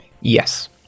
Yes